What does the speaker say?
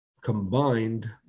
combined